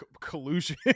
collusion